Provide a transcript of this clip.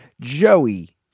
Joey